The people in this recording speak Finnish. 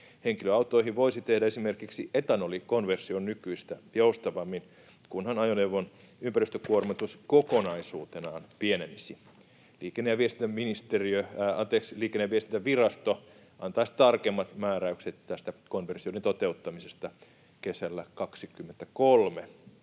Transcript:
Henkilöautoihin voisi tehdä esimerkiksi etanolikonversion nykyistä joustavammin, kunhan ajoneuvon ympäristökuormitus kokonaisuutenaan pienenisi. Liikenne- ja viestintävirasto antaisi tarkemmat määräykset tästä konversioiden toteuttamisesta kesällä 23.